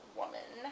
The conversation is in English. woman